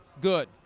good